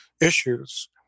issues